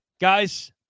Guys